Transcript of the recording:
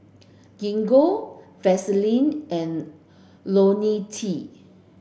Gingko Vaselin and Ionil T